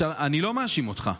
עכשיו, אני לא מאשים אותך,